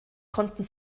konnten